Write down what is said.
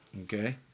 Okay